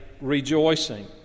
rejoicing